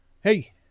Hey